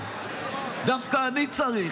דווקא אני צריך.